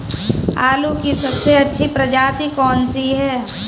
आलू की सबसे अच्छी प्रजाति कौन सी है?